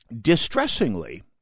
distressingly